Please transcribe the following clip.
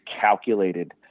calculated